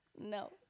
No